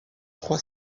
trois